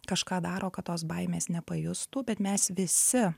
kažką daro kad tos baimės nepajustų bet mes visi